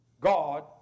God